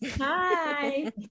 hi